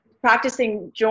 practicing